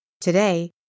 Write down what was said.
Today